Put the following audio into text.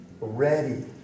ready